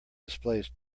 displaced